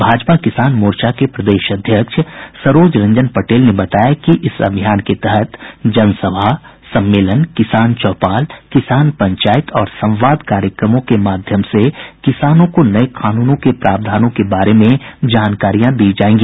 भाजपा किसान मोर्चा के प्रदेश अध्यक्ष सरोज रंजन पटेल ने बताया कि इस अभियान के तहत जनसभा सम्मेलन किसान चौपाल किसान पंचायत और संवाद कार्यक्रमों के माध्यम से किसानों को नये कानून के प्रावधानों के बारे में जानकारियां दी जायेंगी